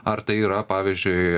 ar tai yra pavyzdžiui